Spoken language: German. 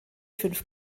fünf